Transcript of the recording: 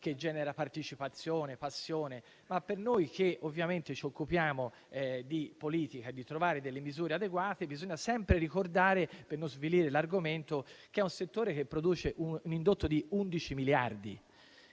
che genera partecipazione e passione, ma, per noi che ci occupiamo di politica e di trovare delle misure adeguate, bisogna sempre ricordare, per non svilire l'argomento, che è un settore che produce un indotto di 11 miliardi